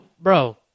Bro